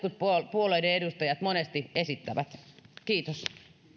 puolueiden edustajat monesti esittävät kiitos